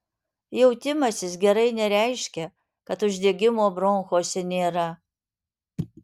jautimasis gerai nereiškia kad uždegimo bronchuose nėra